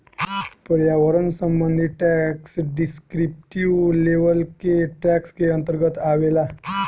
पर्यावरण संबंधी tax descriptive level के टैक्स के अंतर्गत आवेला